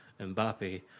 Mbappe